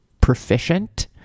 proficient